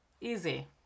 Easy